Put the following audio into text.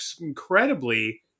incredibly